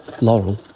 Laurel